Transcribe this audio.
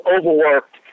overworked